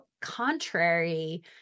contrary